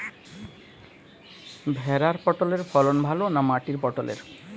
ভেরার পটলের ফলন ভালো না মাটির পটলের?